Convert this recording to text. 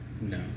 no